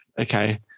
okay